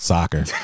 Soccer